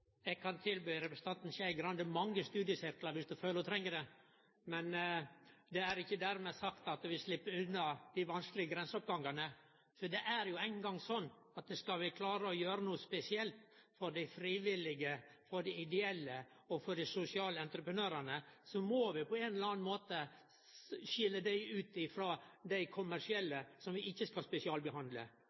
Eg kan tilby representanten Skei Grande mange studiesirklar dersom ho føler ho treng det. Det er ikkje dermed sagt at vi slepp unna dei vanskelege grenseoppgangane. Det er jo ein gong sånn at skal vi klare å gjere noko spesielt for dei frivillige, for dei ideelle og for dei sosiale entreprenørane, må vi på ein eller annan måte skilje dei ut frå dei kommersielle, som vi ikkje skal spesialbehandle.